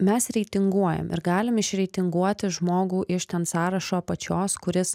mes reitinguojam ir galim išreitinguoti žmogų iš ten sąrašo pačios kuris